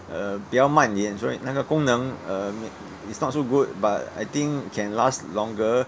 err 比较慢一点说那个功能 uh is not so good but I think can last longer